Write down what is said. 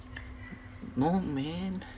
no man